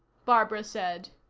barbara said.